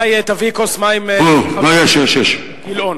אולי תביא כוס מים, לא, יש פה מים.